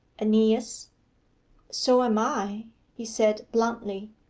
aeneas so am i he said bluntly.